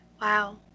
Wow